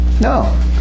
No